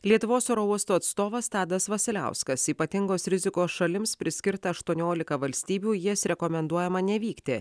lietuvos oro uosto atstovas tadas vasiliauskas ypatingos rizikos šalims priskirta aštuoniolika valstybių į jas rekomenduojama nevykti